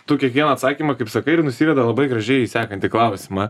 tu kiekvieną atsakymą kaip sakai ir nusiveda labai gražiai į sekantį klausimą